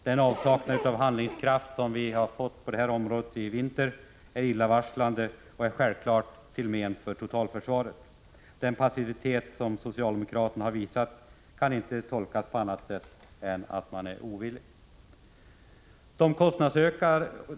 Denna avsaknad av handlingskraft är illavarslande och självklart till men för totalförsvaret. Denna passivitet kan inte tolkas på annat sätt än som ovilja från socialdemokraterna.